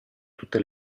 tutte